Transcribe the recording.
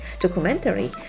documentary